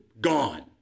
gone